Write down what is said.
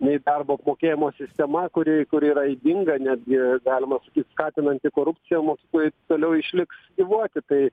nei darbo apmokėjimo sistema kuri kuri yra ydinga netgi galima sakyt skatinanti korupciją mokykloj toliau išliks gyvuoti tai